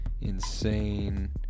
insane